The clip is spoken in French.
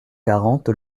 quarante